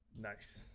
Nice